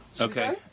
Okay